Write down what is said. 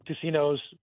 casinos